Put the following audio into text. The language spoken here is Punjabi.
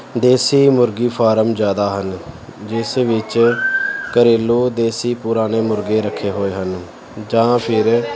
ਦੇਸੀ ਮੁਰਗੀ ਫਾਰਮ ਜ਼ਿਆਦਾ ਹਨ ਜਿਸ ਵਿੱਚ ਘਰੇਲੂ ਦੇਸੀ ਪੁਰਾਣੇ ਮੁਰਗੇ ਰੱਖੇ ਹੋਏ ਹਨ ਜਾਂ ਫਿਰ